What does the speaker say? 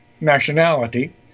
nationality